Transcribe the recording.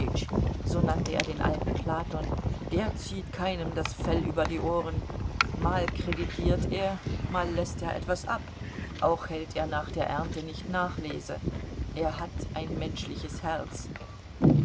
ohren mal kreditiert er mal läßt er etwas ab auch hält er nach der ernte nicht nachlese er hat ein menschliches herz